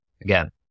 again